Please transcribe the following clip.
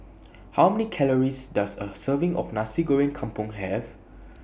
How Many Calories Does A Serving of Nasi Goreng Kampung Have